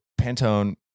Pantone